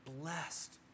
blessed